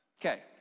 Okay